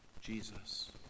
Jesus